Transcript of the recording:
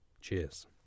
Cheers